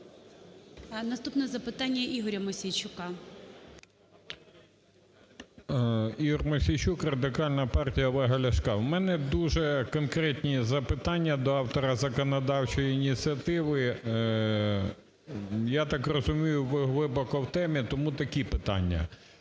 Наступне запитання Ігоря Мосійчука. 16:14:47 МОСІЙЧУК І.В. Ігор Мосійчук, Радикальна партія Олега Ляшка. У мене дуже конкретні запитання до автора законодавчої ініціативи. Я так розумію, ви глибоко в темі, тому такі питання.